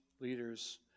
leaders